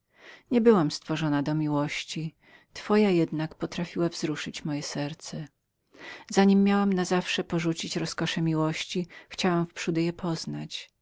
nie byłam stworzoną do miłości twoja jednak potrafiła wzruszyć moje serce za nim miałam na zawsze porzucić roskosze miłości chciałam wprzódy je poznać